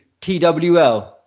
twl